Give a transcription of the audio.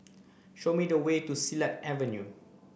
show me the way to Silat Avenue